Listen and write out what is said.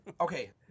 okay